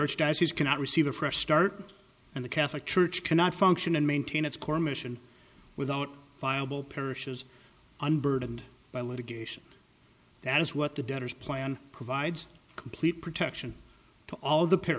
archdiocese cannot receive a fresh start and the catholic church cannot function and maintain its core mission without viable parishes unburdened by litigation that is what the debtors plan provides complete protection to all the pa